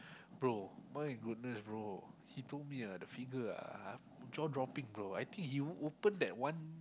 bro my goodness bro he told me ah the figure ah jaw dropping bro I think you open that one